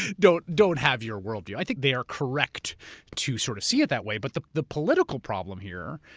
don't don't have your worldview. i think they are correct to sort of see it that way, but the the political problem here,